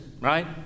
right